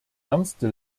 ernste